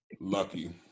Lucky